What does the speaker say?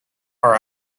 are